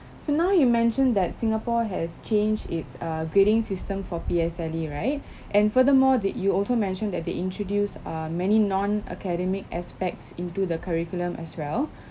so now you mentioned that singapore has changed it's uh grading system for P_S_L_E right and furthermore that you also mentioned that they introduced uh many non academic aspects into the curriculum as well